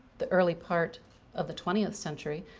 the early part of the twentieth century.